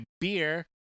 beer